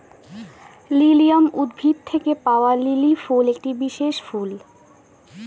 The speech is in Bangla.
লিলিয়াম উদ্ভিদ থেকে পাওয়া লিলি ফুল একটি বিশেষ ফুল